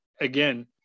again